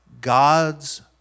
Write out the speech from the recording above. God's